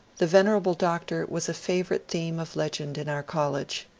the venerable doctor was a favourite theme of legend in our college.